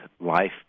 life